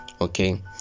okay